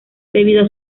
debido